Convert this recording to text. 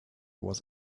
was